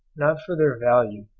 not for their value,